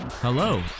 Hello